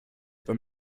wenn